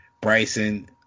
bryson